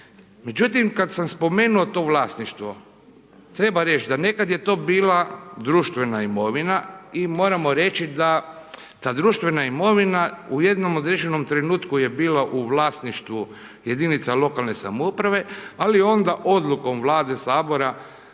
Međutim kad sam spomenuo to vlasništvo treba reć da nekad je to bila društvena imovina i moramo reći da ta društvena imovina u jednom određenom trenutku je bila u vlasništvu jedinica lokalne samouprave, ali onda odlukom vlade, sabora